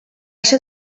ser